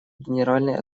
генеральной